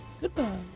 Goodbye